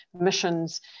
missions